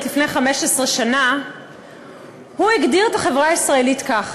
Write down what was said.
לפני 15 שנה הגדיר את החברה הישראלית ככה: